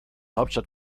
hauptstadt